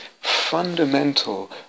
fundamental